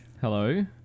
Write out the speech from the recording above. hello